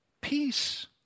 peace